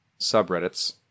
subreddits